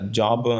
job